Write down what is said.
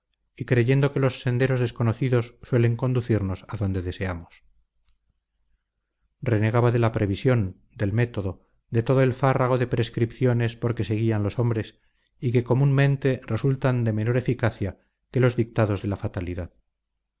y creyendo que los senderos desconocidos suelen conducimos a donde deseamos renegaba de la previsión del método de todo el fárrago de prescripciones por que se guían los hombres y que comúnmente resultan de menor eficacia que los dictados de la fatalidad